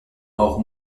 auch